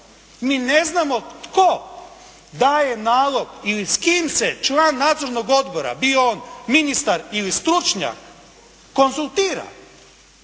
Mi ne znamo tko daje nalog ili s kim se član nadzornog odbora, bio on ministar ili stručnjak konzultira.